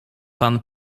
pan